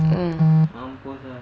mm